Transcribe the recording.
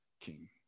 king